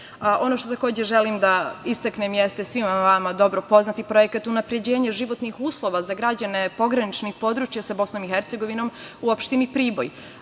što takođe želim da istaknem jeste svima vama dobro poznati projekat unapređenja životnih uslova za građane pograničnih područja sa BiH u opštini Priboj.